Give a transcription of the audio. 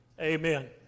Amen